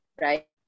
right